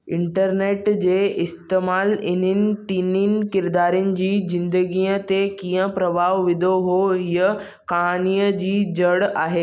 internet जे इस्तेमालु इन्हनि टिन्हीनि किरिदारनि जी जिंदगीअ ते कीअं प्रभाउ विधो हुओ इहा कहानीअ जी जड़ आहे